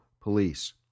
police